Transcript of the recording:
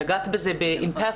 נגעת בזה פעמיים,